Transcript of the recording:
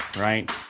right